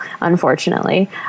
unfortunately